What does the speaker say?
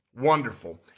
wonderful